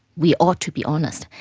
we ought to be honest.